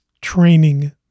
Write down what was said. training